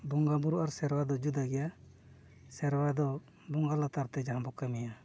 ᱵᱚᱸᱜᱟ ᱵᱩᱨᱩ ᱟᱨ ᱥᱮᱨᱣᱟ ᱫᱚ ᱡᱩᱫᱟᱹ ᱜᱮᱭᱟ ᱥᱮᱨᱣᱟ ᱫᱚ ᱵᱚᱸᱜᱟ ᱞᱟᱛᱟᱨ ᱛᱮ ᱡᱟᱦᱟᱸ ᱵᱚ ᱠᱟᱹᱢᱤᱭᱟ